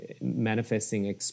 manifesting